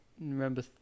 remember